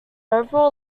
overall